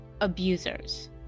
abusers